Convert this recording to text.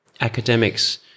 academics